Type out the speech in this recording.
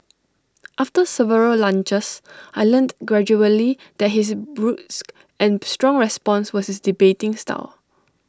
after several lunches I learnt gradually that his brusque and strong response was his debating style